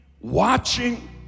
watching